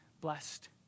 blessed